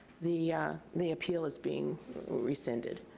the the appeal is being rescinded.